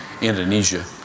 Indonesia